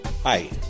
Hi